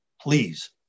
Please